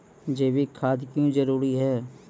जैविक खाद क्यो जरूरी हैं?